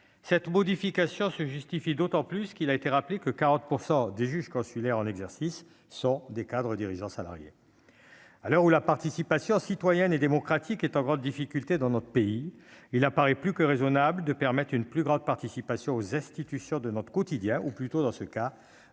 cette modification se justifie d'autant plus qu'il a été rappelé que 40 % des juges consulaires en exercice sont des cadres dirigeants salariés à l'heure où la participation citoyenne et démocratique est en grande difficulté dans notre pays, il apparaît plus que raisonnables de permettre une plus grande participation aux institutions de notre quotidien, ou plutôt dans ce cas,